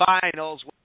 finals